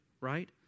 right